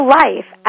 life